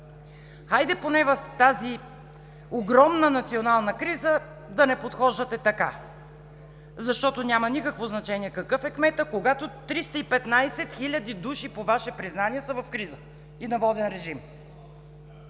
Хайде поне в тази огромна национална криза да не подхождате така, защото няма никакво значение какъв е кметът, когато 315 хиляди души, по Ваше признание, са в криза и на воден режим.